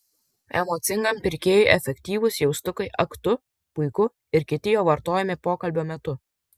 emocingam pirkėjui efektyvūs jaustukai ak tu puiku ir kiti jo vartojami pokalbio metu